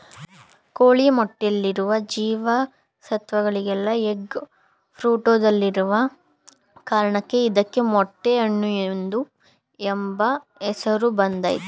ಕೋಳಿ ಮೊಟ್ಟೆಯಲ್ಲಿರುವ ಜೀವ ಸತ್ವಗಳೆಲ್ಲ ಎಗ್ ಫ್ರೂಟಲ್ಲಿರೋ ಕಾರಣಕ್ಕೆ ಇದಕ್ಕೆ ಮೊಟ್ಟೆ ಹಣ್ಣು ಎಂಬ ಹೆಸರು ಬಂದಯ್ತೆ